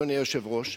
אדוני היושב-ראש,